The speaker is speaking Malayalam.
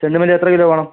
ചെണ്ടുമല്ലി എത്ര കിലോ വേണം